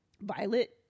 Violet